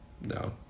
no